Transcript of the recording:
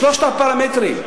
בשלושת הפרמטרים,